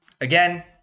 Again